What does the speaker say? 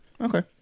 Okay